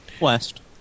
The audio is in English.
West